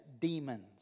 demons